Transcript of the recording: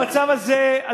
במצב הזה,